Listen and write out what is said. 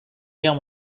guerre